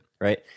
Right